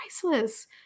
priceless